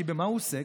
כי במה הוא עוסק?